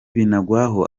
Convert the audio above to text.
binagwaho